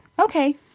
Okay